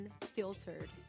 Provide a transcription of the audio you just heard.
Unfiltered